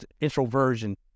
introversion